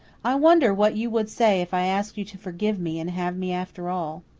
i wonder what you would say if i asked you to forgive me, and have me after all.